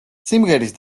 სიმღერის